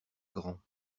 grands